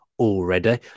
already